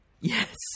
Yes